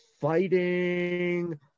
fighting